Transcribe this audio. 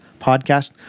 Podcast